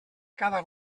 cada